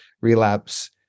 relapse